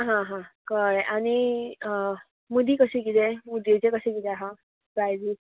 हां हां कळ्ळे आनी मुदी कशी कितें मुदयेचें कशें कितें आसा प्रयजीस